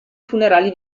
funerali